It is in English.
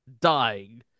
dying